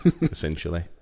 essentially